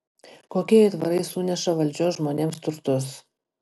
kokie aitvarai suneša valdžios žmonėms turtus